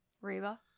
Reba